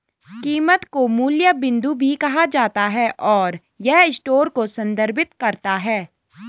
कीमत को मूल्य बिंदु भी कहा जाता है, और यह स्टोर को संदर्भित करता है